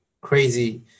crazy